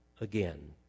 again